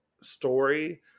story